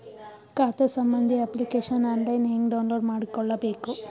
ಖಾತಾ ಸಂಬಂಧಿ application online ಹೆಂಗ್ ಡೌನ್ಲೋಡ್ ಮಾಡಿಕೊಳ್ಳಬೇಕು?